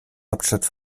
hauptstadt